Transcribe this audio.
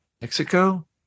Mexico